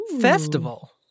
festival